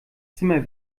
zimmer